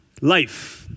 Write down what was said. life